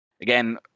again